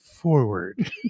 Forward